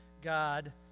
God